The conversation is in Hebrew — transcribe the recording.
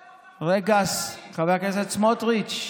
מיכאל, חבר הכנסת סמוטריץ',